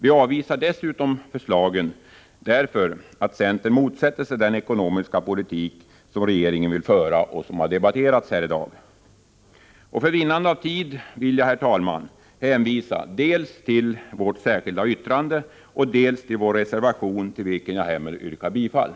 Vi avvisar dessutom förslagen därför att centern motsätter sig den ekonomiska politik som regeringen vill föra och som har debatterats här i dag. För vinnande av tid vill jag, herr talman, hänvisa till dels vårt särskilda yttrande, dels vår reservation, till vilken jag härmed yrkar bifall.